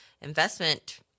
investment